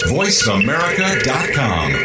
voiceamerica.com